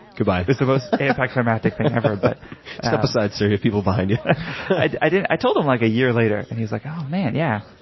goodbye. it's the most anticlimactic thing ever. but step aside, sir. you have people behind you. i i told him like a year later. and he was like oh, man, yeah.